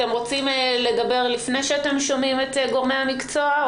אתם רוצים לדבר לפני שאתם שומעים את גורמי המקצוע?